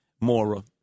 Mora